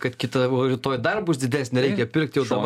kad kita o rytoj dar bus didesnė reikia pirkti jau dabar